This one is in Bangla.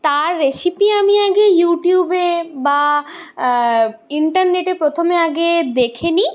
তার রেসিপি আমি আগে ইউটিউবে বা ইন্টারনেটে প্রথমে আগে দেখি নিই